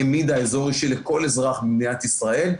העמידה לכל אזרח במדינת ישראל.